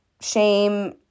shame